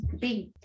big